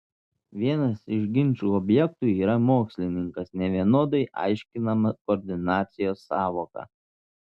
vienas iš ginčo objektų yra mokslininkas nevienodai aiškinama koordinacijos sąvoka